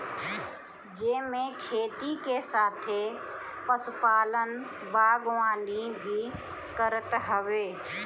जेमे खेती के साथे पशुपालन, बागवानी भी करत हवे